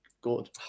good